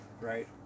right